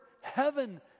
heaven